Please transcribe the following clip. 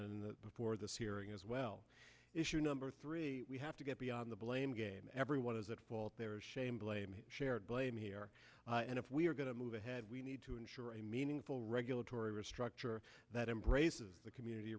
and before this hearing as well issue number three we have to get beyond the blame game everyone is at fault there is shame blame shared blame here and if we are going to move ahead we need to ensure a meaningful regulatory structure that embraces the community